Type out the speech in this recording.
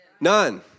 None